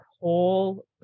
whole